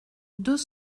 deux